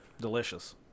Delicious